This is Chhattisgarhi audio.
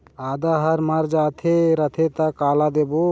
आदा हर मर जाथे रथे त काला देबो?